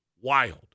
wild